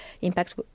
impacts